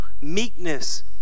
meekness